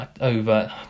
over